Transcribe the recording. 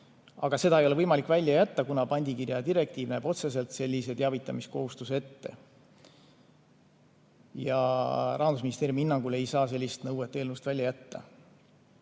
Aga seda ei ole võimalik välja jätta, kuna pandikirjadirektiiv näeb otseselt sellise teavitamiskohustuse ette. Rahandusministeeriumi hinnangul ei saa sellist nõuet eelnõust välja jätta.